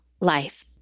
life